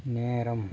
நேரம்